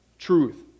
Truth